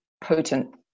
potent